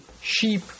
sheep